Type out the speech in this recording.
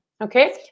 okay